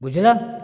ବୁଝିଲ